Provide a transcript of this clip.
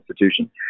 institution